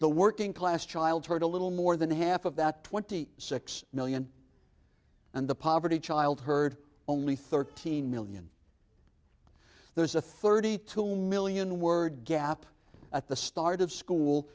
the working class child heard a little more than half of that twenty six million and the poverty child heard only thirteen million there's a thirty two million word gap at the start of school